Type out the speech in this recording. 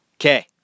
Okay